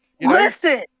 Listen